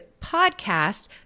podcast